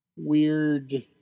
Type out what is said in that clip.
weird